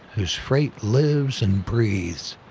whose freight lives and breathes,